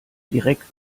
direkt